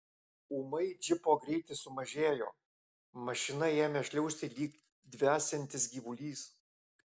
ūmai džipo greitis sumažėjo mašina ėmė šliaužti lyg dvesiantis gyvulys